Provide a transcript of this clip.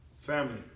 Family